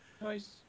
Nice